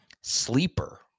sleeper